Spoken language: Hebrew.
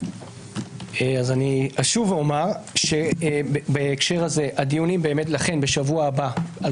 אני אשוב ואומר שבהקשר הזה הדיונים בשבוע הבא על